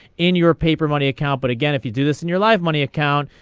in your paper money account but again if you do this in your live money account.